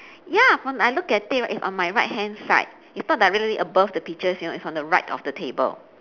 ya when I look at it right it's on my right hand side it's not directly above the peaches you know it's on the right of the table